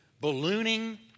ballooning